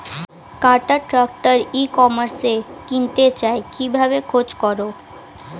কাটার tractor ই কমার্সে কিনতে চাই কিভাবে খোঁজ করো?